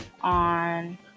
on